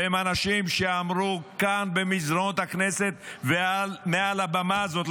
והם אנשים שאמרו כאן במסדרונות הכנסת ומעל הבמה הזאת,